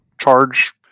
charge